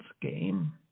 game